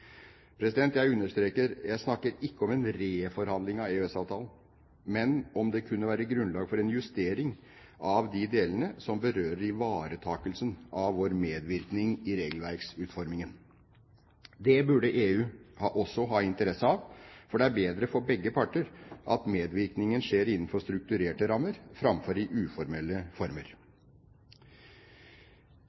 Jeg understreker at jeg ikke snakker om en reforhandling av EØS-avtalen, men om det kunne være grunnlag for en justering av de delene som berører ivaretakelsen av vår medvirkning i regelverksutformingen. Det burde også EU ha interesse av, for det er bedre for begge parter at medvirkningen skjer innenfor strukturerte rammer, framfor i uformelle former.